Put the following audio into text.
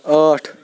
ٲٹھ